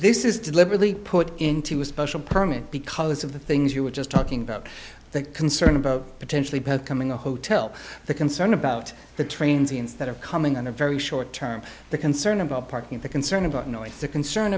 this is deliberately put into a special permit because of the things you were just talking about the concern about potentially becoming a hotel the concern about the trains instead of coming on a very short term the concern about parking the concern about noise the concern